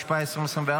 התשפ"ה 2024,